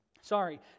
Sorry